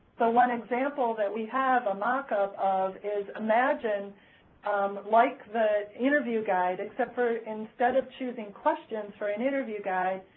but one example that we have a mockup of is imagine like the interview guide, except for instead of choosing questions for an interview guide,